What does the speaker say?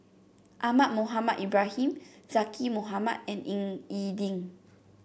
Ahmad Mohamed Ibrahim Zaqy Mohamad and Ying E Ding